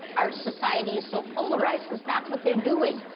our society is so polarized, because that's what they're doing.